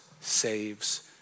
saves